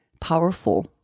powerful